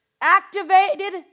activated